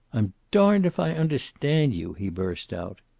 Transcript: i'm darned if i understand you, he burst out.